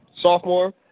sophomore